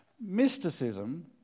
Mysticism